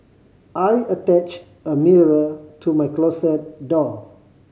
I attached a mirror to my closet door